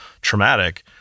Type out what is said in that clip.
traumatic